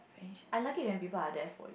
I like it when people are there for